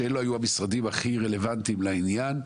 שאלו היו המשרדים הכי רלוונטיים לעניין,